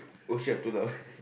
oh shit I am too loud